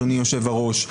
אדוני יושב-הראש,